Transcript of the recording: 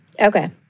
Okay